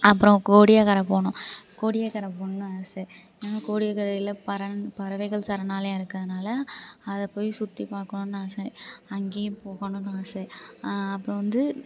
அப்புறம் கோடியக்கரை போகணும் கோடியக்கரை போகணுன்னு ஆசை ஏன்னா கோடியக்கரையில் பற பறவைகள் சரணாலயம் இருக்கிறதுனால அதை போய் சுற்றி பார்க்கணுன்னு ஆசை அங்கேயும் போகணுன்னு ஆசை அப்புறம் வந்து